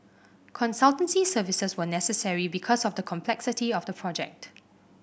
consultancy services were necessary because of the complexity of the project